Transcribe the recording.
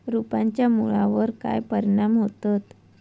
रोपांच्या मुळावर काय परिणाम होतत?